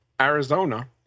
Arizona